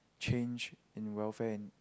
change in welfare in